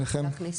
להכניס.